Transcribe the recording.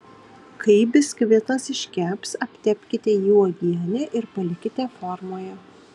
kai biskvitas iškeps aptepkite jį uogiene ir palikite formoje